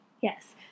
Yes